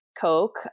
Coke